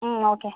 ഹ്മ് okay